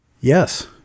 Yes